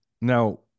now